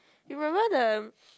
you remember the